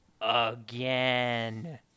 again